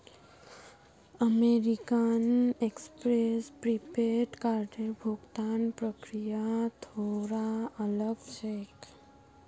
American Express prepaid कार्डेर भुगतान प्रक्रिया थोरा अलग छेक